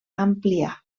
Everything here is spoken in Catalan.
ampliar